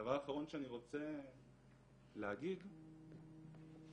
והדבר האחרון שאני רוצה להגיד זה